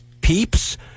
Peeps